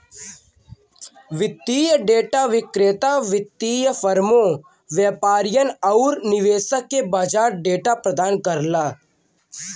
वित्तीय डेटा विक्रेता वित्तीय फर्मों, व्यापारियन आउर निवेशक के बाजार डेटा प्रदान करला